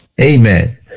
Amen